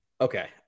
okay